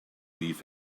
leave